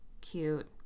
Cute